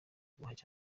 cyangwa